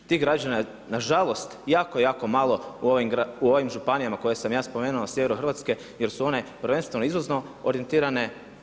Tih građana je na žalost jako, jako malo u ovim županijama koje sam ja spomenuo sjevera Hrvatske jer su one prvenstveno izvozno orijentirane.